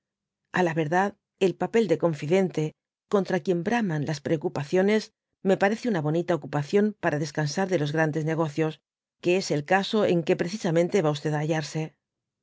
a la verdad el papel de confidente f contra quien braman las preocupaciones me parece una bonita ocupación para descansar de los glandes negocios que es el caso en que precisamente va á hallarse